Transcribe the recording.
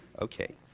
Okay